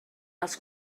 els